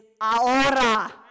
ahora